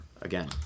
again